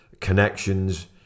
connections